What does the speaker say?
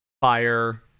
fire